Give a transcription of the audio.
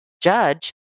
judge